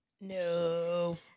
no